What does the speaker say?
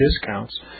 discounts